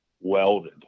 welded